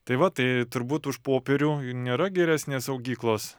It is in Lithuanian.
tai va tai turbūt už popierių nėra geresnės saugyklos